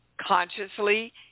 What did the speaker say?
Consciously